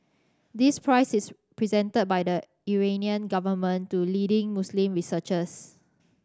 this prize is presented by the Iranian government to leading Muslim researchers